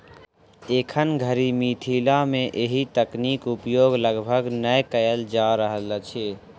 एखन धरि मिथिला मे एहि तकनीक उपयोग लगभग नै कयल जा रहल अछि